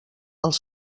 els